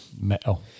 metal